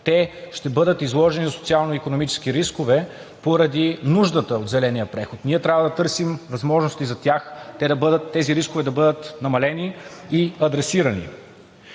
Те ще бъдат изложени на социално-икономически рискове поради нуждата от зеления преход. Ние трябва да търсим възможности за тях – тези рискове да бъдат намалени, и адресирани.